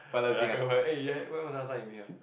I cannot find eh ya when was your last time you meet her